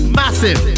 massive